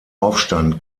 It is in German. aufstand